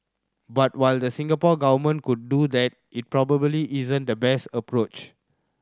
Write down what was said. but while the Singapore Government could do that it probably isn't the best approach